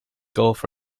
golf